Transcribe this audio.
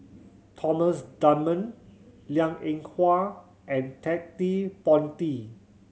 Thomas Dunman Liang Eng Hwa and Ted De Ponti